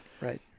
Right